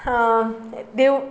देवूळ